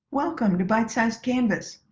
welcome to byte-sized canvas!